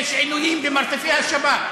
יש עינויים במרתפי השב"כ.